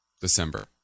December